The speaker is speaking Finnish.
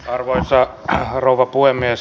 arvoisa rouva puhemies